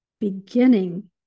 beginning